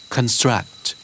Construct